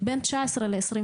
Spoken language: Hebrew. בין 19 ל-21,